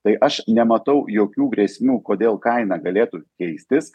tai aš nematau jokių grėsmių kodėl kaina galėtų keistis